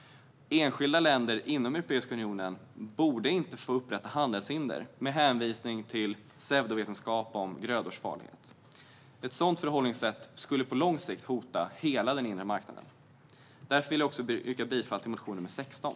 Enskilda länder inom Europeiska unionen borde inte få upprätta handelshinder med hänvisning till pseudovetenskap om grödors farlighet. Ett sådant förhållningssätt skulle på lång sikt hota hela den inre marknaden. Därför vill jag yrka bifall även till reservation nr 16.